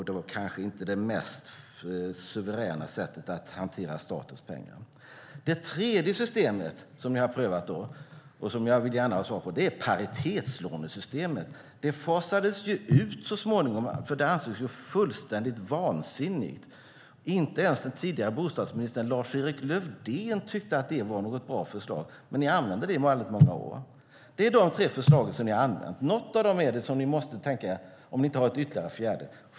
Det var kanske inte det mest suveräna sättet att hantera statens pengar på. Det tredje system som ni prövat och som jag vill ha ett besked om är paritetslånesystemet. Det fasades ut så småningom, för det ansågs fullständigt vansinnigt. Inte ens den tidigare bostadsministern Lars-Erik Lövdén tyckte att det var något bra system, men ni använde det under många år. Det är de tre system som ni har använt. Något av dem är det som ni måste välja, om ni inte har ytterligare ett fjärde.